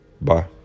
Bye